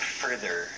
further